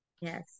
yes